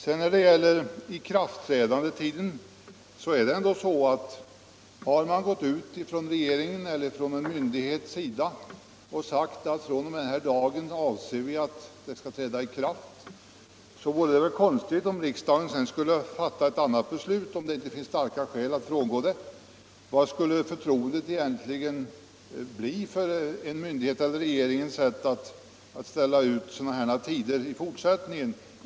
När det sedan gäller ikraftträdandetiden är det ändå konstigt om riksdagen eller en myndighet efter att ha bestämt att en författning skall träda i kraft en viss dag sedan skulle fatta ett annat beslut, om det inte fanns starka skäl att frångå det ursprungliga. Vad skulle det då i fortsättningen bli för förtroende för regeringens eller en myndighets kungörande av ikraftträdandetider?